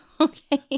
okay